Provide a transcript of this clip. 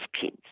kids